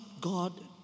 God